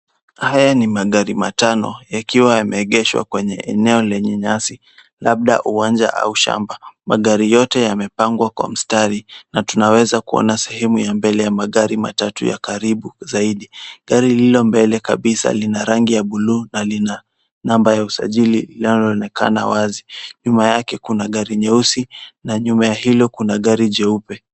Haya ni magari matano yakiwa yameegeshwa kwenye eneo lenye nyasi, labda uwanja au shamba. Magari yote yamepangwa kwa mistari na tunaweza kuona sehemu ya mbele ya magari matatu ya karibu zaidi. Gari lililo mbele kabisa lina rangi ya buluu na lina namba ya usajli inayoonekana kwa wazi. Nyuma yake kuna gari nyeusi na nyuma ya hilo kuna gari jeupe.